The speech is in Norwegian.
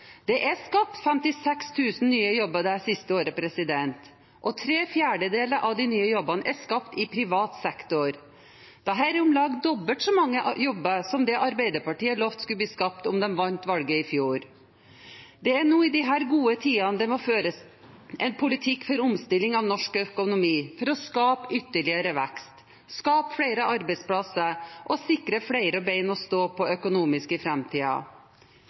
Det er skapt 56 000 nye jobber det siste året, og tre fjerdedeler av de nye jobbene er skapt i privat sektor. Dette er om lag dobbelt så mange jobber som det Arbeiderpartiet lovte skulle bli skapt om de vant valget i fjor. Det er nå i disse gode tidene det må føres en politikk for omstilling av norsk økonomi, for å skape ytterligere vekst, skape flere arbeidsplasser og sikre flere bein å stå på økonomisk i